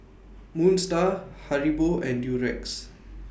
Moon STAR Haribo and Durex